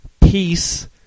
peace